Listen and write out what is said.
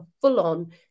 full-on